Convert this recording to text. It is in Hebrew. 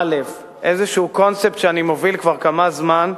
איזה קונספט שאני מוביל כבר כמה זמן,